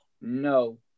no